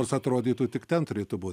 nors atrodytų tik ten turėtų būt